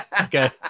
Okay